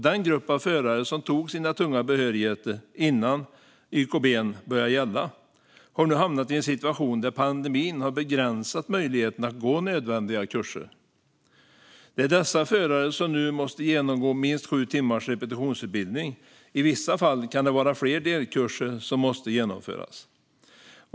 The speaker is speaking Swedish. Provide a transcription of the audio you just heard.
Den grupp av förare som fick sina tunga behörigheter innan YKB började gälla har nu hamnat i en situation där pandemin har begränsat möjligheten att gå nödvändiga kurser. Det är dessa förare som nu måste genomgå minst sju timmars repetitionsutbildning. I vissa fall kan det vara fler delkurser som måste genomföras.